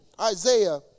Isaiah